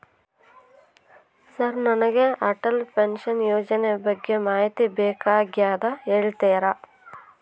Sir ನನಗೆ Atal pension ಯೋಜನೆ ಬಗ್ಗೆ ಮಾಹಿತಿ ಬೇಕಾಗ್ಯದ ಹೇಳ್ತೇರಾ?